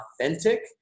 authentic